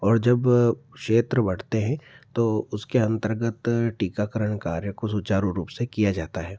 और जब क्षेत्र बंटते हैं तो उसके अंतर्गत टीकाकरण कार्य को सुचारू रूप से किया जाता है